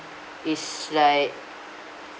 is like